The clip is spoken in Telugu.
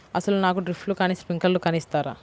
అసలు నాకు డ్రిప్లు కానీ స్ప్రింక్లర్ కానీ ఇస్తారా?